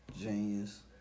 Genius